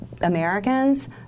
Americans